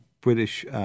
British—